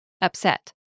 Upset